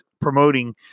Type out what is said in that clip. promoting